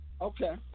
okay